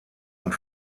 und